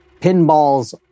pinballs